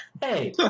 Hey